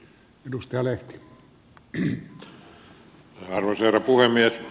arvoisa herra puhemies